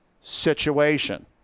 situation